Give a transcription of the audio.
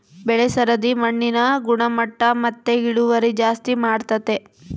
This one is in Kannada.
ಬೆಳೆ ಸರದಿ ಮಣ್ಣಿನ ಗುಣಮಟ್ಟ ಮತ್ತೆ ಇಳುವರಿ ಜಾಸ್ತಿ ಮಾಡ್ತತೆ